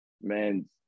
man